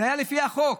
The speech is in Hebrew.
זה היה לפי החוק.